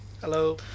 Hello